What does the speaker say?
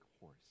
horse